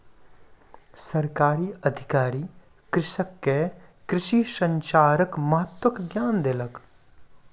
सरकारी अधिकारी कृषक के कृषि संचारक महत्वक ज्ञान देलक